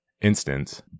instance